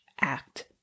act